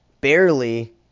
barely